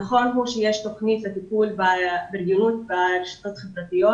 נכון שיש תוכנית לטיפול ברשתות החברתיות